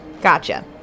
gotcha